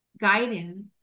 guidance